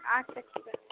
আচ্ছা ঠিক আছে